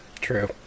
True